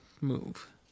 move